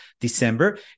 December